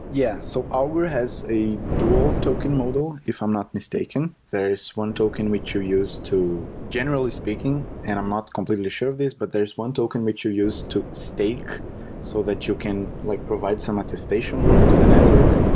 yeah. so augur has a dual token model, if i'm not mistaken. there is one token which you use to generally speaking and i'm not completely sure of this, but there's one token which you use to stake so that you can like provide some attestation work to the network.